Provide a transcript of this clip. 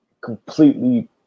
completely